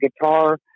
guitar